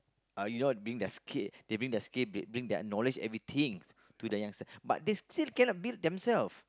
uh you know bring their skill they bring their skill they bring their knowledge everything to the youngster but they still can not build themselves